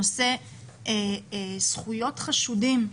הנושא של זכויות חשודים,